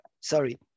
sorry